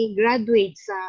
graduates